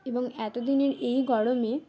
এবং এত দিনের এই গরমে